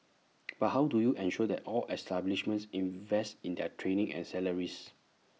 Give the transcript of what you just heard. but how do you ensure that all establishments invest in their training and salaries